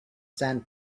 sand